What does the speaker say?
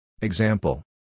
Example